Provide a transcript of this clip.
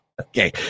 Okay